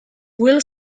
will